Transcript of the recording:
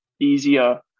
easier